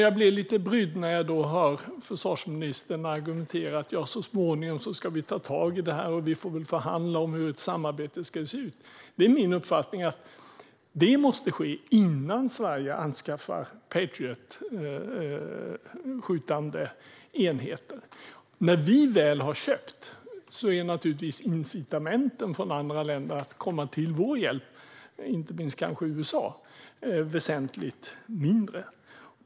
Jag blir lite brydd när jag hör försvarsministern argumentera: Så småningom ska vi ta tag i det, och vi får väl förhandla om hur ett samarbete ska se ut. Det är min uppfattning att det måste ske innan Sverige anskaffar Patriotskjutande enheter. När vi väl har köpt är naturligtvis incitamenten från andra länder att komma till vår hjälp, kanske inte minst USA, väsentligt mindre.